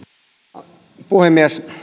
arvoisa puhemies